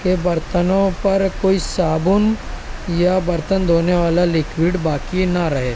کہ برتنوں پر کوئی صابن یا برتن دھونے والا لکوڈ باقی نہ رہے